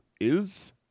is-